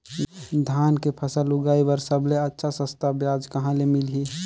धान के फसल उगाई बार सबले अच्छा सस्ता ब्याज कहा ले मिलही?